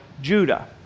Judah